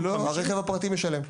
הרכב הפרטי משלם.